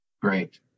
great